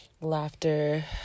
laughter